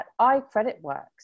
iCreditworks